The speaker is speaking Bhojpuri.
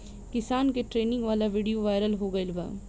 किसान के ट्रेनिंग वाला विडीओ वायरल हो गईल बा